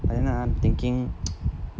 but then ah thinking